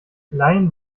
laien